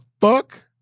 fuck